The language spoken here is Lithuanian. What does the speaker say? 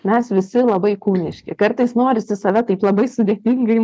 mes visi labai kūniški kartais norisi save taip labai sudėtingai